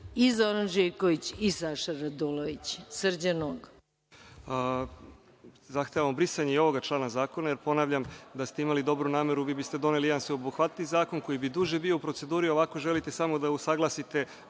narodni poslanik Srđan Nogo. **Srđan Nogo** Zahtevamo brisanje i ovoga člana zakona, jer ponavljam, da ste imali dobru nameru vi biste doneli jedan sveobuhvatniji zakon koji bi duže bio u proceduri. Ovako želite samo da usaglasite